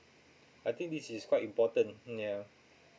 I think this is quite important mm yeah